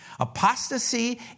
apostasy